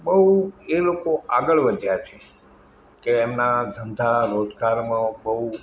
બહું એ લોકો આગળ વધ્યા છે કે એમના ધંધા રોજગારમાં બહું